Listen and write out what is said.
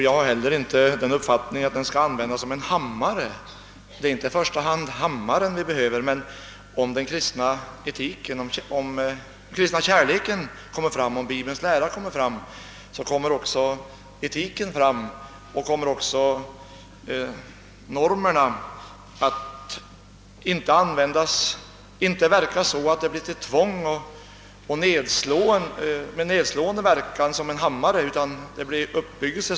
Jag har heller inte den uppfattningen att Bibeln skall användas som en hammare. Det är inte i första hand hammaren vi behöver, ty om Bibelns lära om den kristna kärleken kommer fram, kommer också etiken fram. Då kan inte heller normerna få en nedslående verkan och leda till tvång, utan de leder i stället till uppbyggelse.